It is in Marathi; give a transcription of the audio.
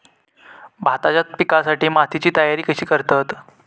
भाताच्या पिकासाठी मातीची तयारी कशी करतत?